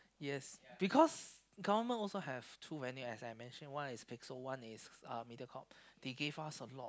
yes because government also have too many as I mention one is Pixel one is uh Mediacorp they give us a lot of